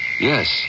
Yes